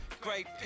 great